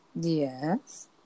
Yes